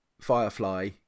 Firefly